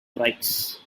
croix